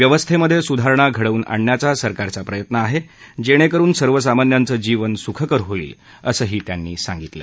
व्यवस्थेमधे सुधारणा घडवून आणण्याचा सरकारचा प्रयत्न आहे जेणेकरुन सर्वसामान्यांच जीवन सुखकर होईल असंही त्यांनी सांगितलं